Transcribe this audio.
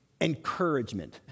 encouragement